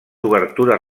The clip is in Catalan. obertures